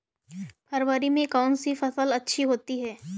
फरवरी में कौन सी फ़सल अच्छी होती है?